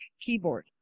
keyboard